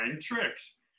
tricks